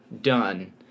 Done